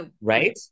Right